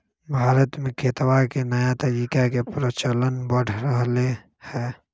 भारत में खेतवा के नया तरीका के प्रचलन बढ़ रहले है